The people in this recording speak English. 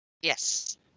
Yes